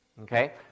okay